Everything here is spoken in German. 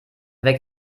weg